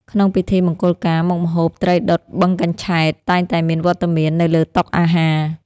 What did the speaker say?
ក្នុងពិធីមង្គលការ មុខម្ហូប ត្រីដុតបឹងកញ្ឆែត តែងតែមានវត្តមាននៅលើតុអាហារ។